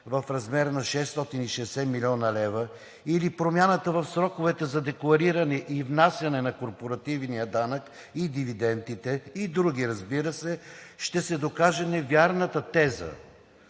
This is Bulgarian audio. в размер на 660 млн. лв. или промяната в сроковете за деклариране и внасяне на корпоративния данък и дивидентите, и други, разбира се, ще се докаже невярната теза,